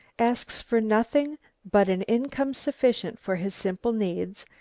asks for nothing but an income sufficient for his simple needs,